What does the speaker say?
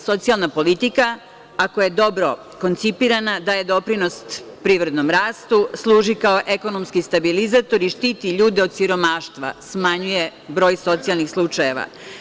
Socijalna politika, ako je dobro koncipirana daje doprinos privrednom rastu, služi kao ekonomski stabilizator i štiti ljude od siromaštva, smanjuje broj socijalnih slučajeva.